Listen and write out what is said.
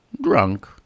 Drunk